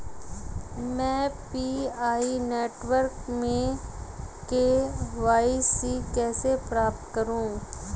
मैं PI network में KYC कैसे प्राप्त करूँ?